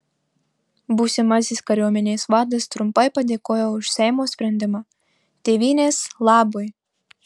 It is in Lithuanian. būsimasis kariuomenės vadas trumpai padėkojo už seimo sprendimą tėvynės labui